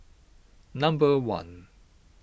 number one